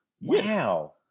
Wow